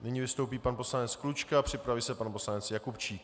Nyní vystoupí pan poslanec Klučka, připraví se pan poslanec Jakubčík.